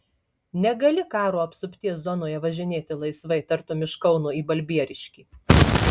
negali karo apsupties zonoje važinėti laisvai tartum iš kauno į balbieriškį